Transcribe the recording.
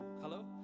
Hello